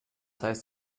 heißt